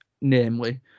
namely